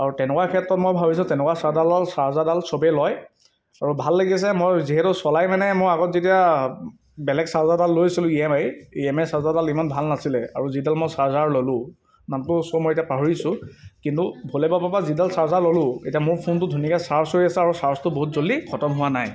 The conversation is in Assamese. আৰু তেনেকুৱা ক্ষেত্ৰত মই ভাবিছোঁ তেনেকুৱা চাৰ্ডালৰ চাৰ্জাৰডাল চবেই লয় আৰু ভাল লাগিছে মই যিহেতু চলাই মানে মই আগত যেতিয়া বেলেগ চাৰ্জাৰডাল লৈছিলোঁ E M I E M I চাৰ্জাৰডাল ইমান ভাল নাছিলে আৰু যিডাল মই চাৰ্জাৰ ল'লো নামটো চ' মই এতিয়া পাহৰিছোঁ কিন্তু ভোলেবাবাৰ পৰা যিডাল চাৰ্জাৰ ল'লো এতিয়া মোৰ ফোনটো ধুনীয়াকৈ চাৰ্জ হৈ আছে আৰু চাৰ্জটো বহুত জল্দি খতম হোৱা নাই